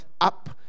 up